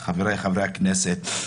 חבריי חברי הכנסת,